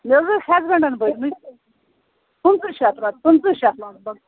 مےٚ حظ ٲسۍ ہٮ۪زبٮ۪نڈَن بٔرۍمٕتۍ پٕنٛژٕ شَتھ رۄپیہِ پٕنٛژٕ شَتھ لگ بَگ